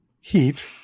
Heat